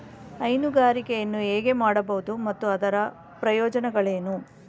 ಹೈನುಗಾರಿಕೆಯನ್ನು ಹೇಗೆ ಮಾಡಬಹುದು ಮತ್ತು ಅದರ ಪ್ರಯೋಜನಗಳೇನು?